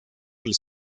del